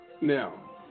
Now